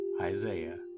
Isaiah